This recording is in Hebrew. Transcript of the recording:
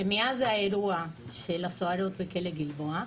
שמאז האירוע של הסוהרות בכלא גלבוע,